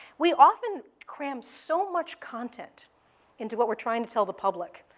we often cram so much content into what we're trying to tell the public.